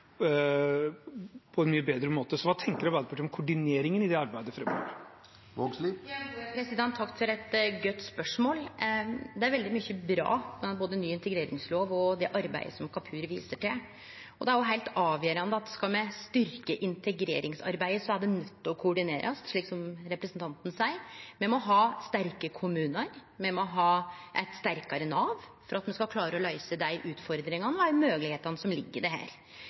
på en mye bedre måte. Hva tenker Arbeiderpartiet om koordineringen i det arbeidet framover? Takk for eit godt spørsmål. Det er veldig mykje bra – både ny integreringslov og det nye arbeidet som Kapur viser til. Skal me styrkje integreringsarbeidet, er det òg heilt avgjerande at det blir koordinert, slik representanten seier. Me må ha sterke kommunar, me må ha eit sterkare Nav for at me skal klare å løyse dei utfordringane og dei moglegheitene som ligg i dette. Me flytta òg integrering frå kunnskap til arbeid for å kople det